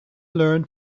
learn